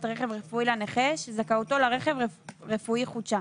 רכב רפואי לנכה שזכאותו לרכב רפואי חודשה.